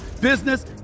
business